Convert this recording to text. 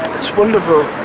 it's wonderful.